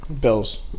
Bills